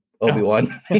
Obi-Wan